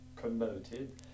promoted